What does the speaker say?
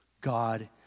God